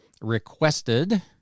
requested